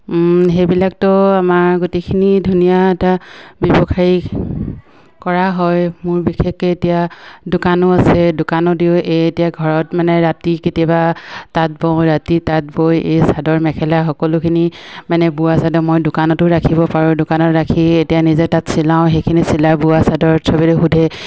সেইবিলাকতো আমাৰ গোটেইখিনি ধুনীয়া এটা ব্যৱসায়ী কৰা হয় মোৰ বিশেষকৈ এতিয়া দোকানো আছে দোকানো দিওঁ এই এতিয়া ঘৰত মানে ৰাতি কেতিয়াবা তাঁত বওঁ ৰাতি তাঁত বৈ এই চাদৰ মেখেলা সকলোখিনি মানে বোৱা চাদৰ মই দোকানতো ৰাখিব পাৰোঁ দোকানত ৰাখি এতিয়া নিজে তাত চিলাওঁ সেইখিনি চিলাই বোৱা চাদৰ চবেই সোধে